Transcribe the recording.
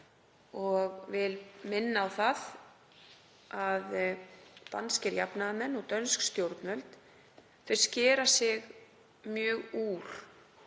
vil minna á að danskir jafnaðarmenn og dönsk stjórnvöld skera sig mjög úr